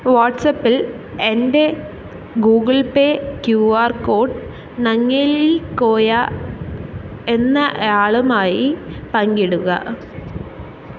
വാട്ട്സപ്പിൽ എന്റെ Google pay Q R code Nangeli Koya എന്നയാളുമായി പങ്കിടുക